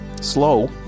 Slow